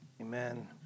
Amen